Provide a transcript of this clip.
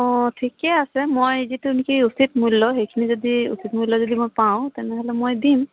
অ ঠিকে আছে মই যিটো নেকি উচিত মূল্য সেইখিনি যদি উচিত মূল্য যদি মই পাওঁ তেনেহ'লে মই দিম